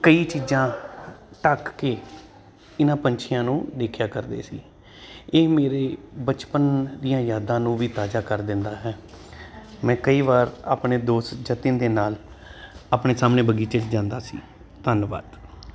ਕਈ ਚੀਜ਼ਾਂ ਢੱਕ ਕੇ ਇਹਨਾਂ ਪੰਛੀਆਂ ਨੂੰ ਦੇਖਿਆ ਕਰਦੇ ਸੀ ਇਹ ਮੇਰੇ ਬਚਪਨ ਦੀਆਂ ਯਾਦਾਂ ਨੂੰ ਵੀ ਤਾਜ਼ਾ ਕਰ ਦਿੰਦਾ ਹੈ ਮੈਂ ਕਈ ਵਾਰ ਆਪਣੇ ਦੋਸਤ ਜਤਿਨ ਦੇ ਨਾਲ ਆਪਣੇ ਸਾਹਮਣੇ ਬਗੀਚੇ 'ਚ ਜਾਂਦਾ ਸੀ ਧੰਨਵਾਦ